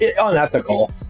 unethical